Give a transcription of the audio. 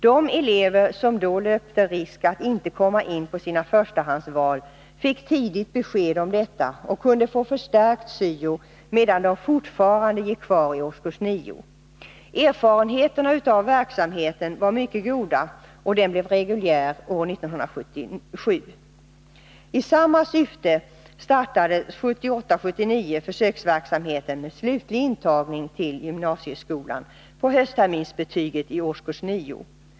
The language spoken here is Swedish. De elever som då löpte risk att inte komma in på sina förstahandsval fick tidigt besked om detta och kunde få förstärkt syo medan de fortfarande gick kvar i årskurs 9. Erfarenheterna av verksamheten var mycket goda, och den blev reguljär år 1977. I samma syfte startades 1978/79 försöksverksamhet med slutlig intagning till gymnasieskolan på höstterminsbetyget i årskurs 9.